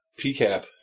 PCAP